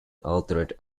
altered